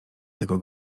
tego